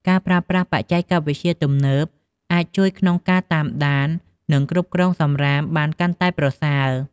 ការប្រើប្រាស់បច្ចេកវិទ្យាទំនើប អាចជួយក្នុងការតាមដាន និងគ្រប់គ្រងសំរាមបានកាន់តែប្រសើរ។